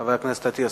חבר הכנסת אטיאס.